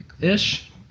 Ish